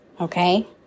okay